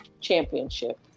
championship